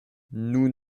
nous